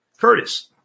Curtis